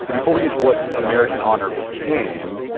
so before we get to what american honor became,